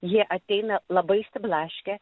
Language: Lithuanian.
jie ateina labai išsiblaškę